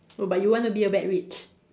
oh but you want to be a bad witch